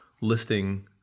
listing